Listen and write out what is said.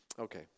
Okay